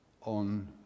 on